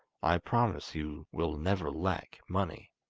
i promise you will never lack money